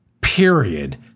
Period